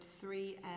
three